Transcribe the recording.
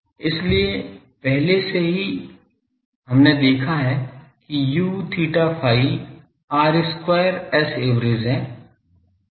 इसलिए पहले से ही हमने देखा है कि U theta phi r square Saverage है